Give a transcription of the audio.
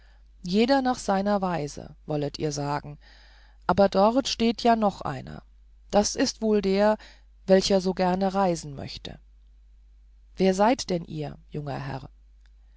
jeder nach seiner weise wollet ihr sagen aber dort steht ja noch einer das ist wohl der welcher so gerne reisen möchte wer seid denn ihr junger herr